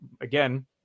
again